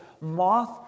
moth